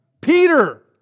Peter